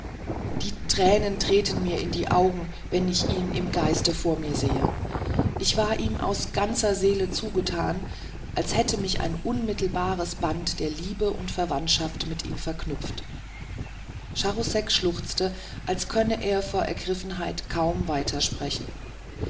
die tränen treten mir in die augen wenn ich ihn im geiste vor mir sehe ich war ihm aus ganzer seele zugetan als hätte mich ein unmittelbares band der liebe und verwandtschaft mit ihm verknüpft charousek schluchzte als könne er vor ergriffenheit kaum weitersprechen